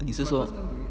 你是说